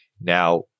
Now